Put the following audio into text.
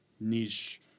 niche